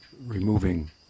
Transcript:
removing